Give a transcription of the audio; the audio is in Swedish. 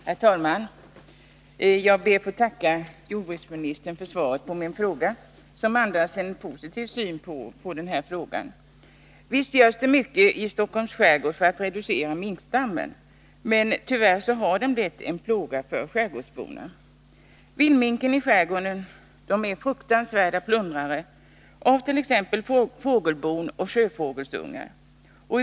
Herr talman! Jag ber att få tacka jordbruksministern för svaret på min fråga. Det andas en positiv syn på denna fråga. Visst görs det mycket i Stockholms skärgård för att reducera minkstammen — tyvärr har den blivit en plåga för skärgårdsborna. Vildminkarna i skärgården är fruktansvärda plundrare av t.ex. fågelbon. De tar också sjöfågelungar.